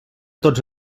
tots